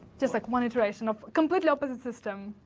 just like one iteration of a completely opposite system.